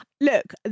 Look